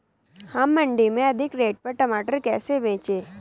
हम मंडी में अधिक रेट पर टमाटर कैसे बेचें?